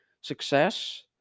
success